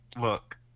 Look